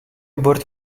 bord